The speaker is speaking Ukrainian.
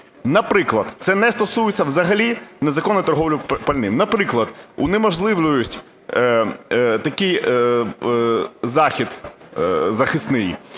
Наприклад, це не стосується взагалі незаконної торгівлі пальним. Наприклад, унеможливлює такий захід захисний,